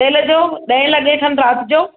तेल जो ॾह लॻे खन राति जो